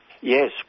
Yes